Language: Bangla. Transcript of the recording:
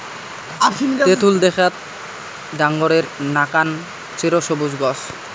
তেতুল দ্যাখ্যাত ডাঙরের নাকান চিরসবুজ গছ